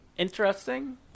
Interesting